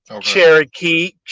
Cherokee